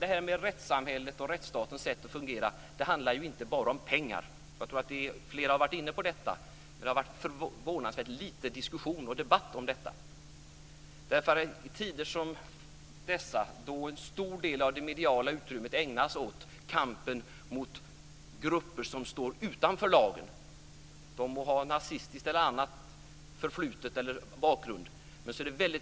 Det här med rättssamhället och rättsstatens sätt att fungera handlar inte bara om pengar. Jag tror att flera har varit inne på detta, men det har varit förvånansvärt lite diskussion och debatt. I tider som dessa ägnas en stor del av det massmediala utrymmet åt kampen mot grupper som står utanför lagen - de må ha en nazistisk eller annan bakgrund.